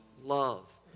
Love